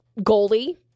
goalie